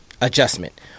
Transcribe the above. adjustment